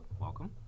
Welcome